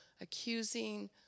accusing